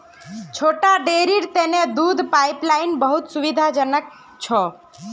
छोटा डेरीर तने दूध पाइपलाइन बहुत सुविधाजनक छ